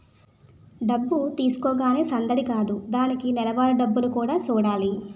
డబ్బు తీసుకోగానే సందడి కాదు దానికి నెలవారీ డబ్బులు కూడా సూడాలి